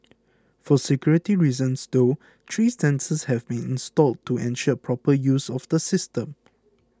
for security reasons though three sensors have been installed to ensure proper use of the system